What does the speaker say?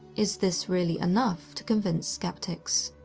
is this really enough to convince skeptics?